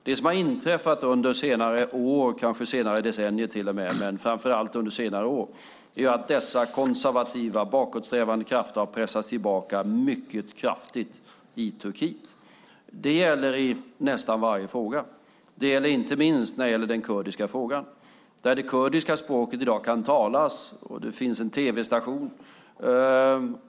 Det som har inträffat under framför allt senare år, kanske till och med under det senaste decenniet, är att dessa konservativa bakåtsträvande krafter har pressats tillbaka mycket kraftigt i Turkiet. Det gäller i nästan varje fråga. Det gäller inte minst den kurdiska frågan. Det kurdiska språket kan i dag talas där. Det finns en tv-station.